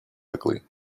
ugly